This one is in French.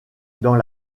dans